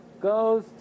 goes